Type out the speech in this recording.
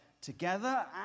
together